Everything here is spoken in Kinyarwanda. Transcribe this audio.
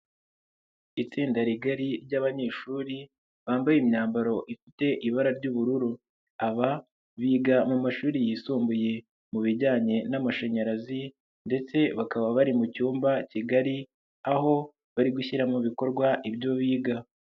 Itsinda rigari ry'abanyeshuri bambaye imyambaro ifite ibara ry'ubururu, aba biga mu mashuri yisumbuye mu bijyanye n'amashanyarazi ndetse bakaba bari mu cyumba kigari, aho bari gushyira mu bikorwa ibyo biga.